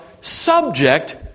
subject